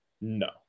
No